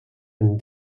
and